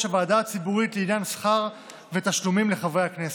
הוועדה הציבורית לעניין שכר ותשלומים לחברי הכנסת.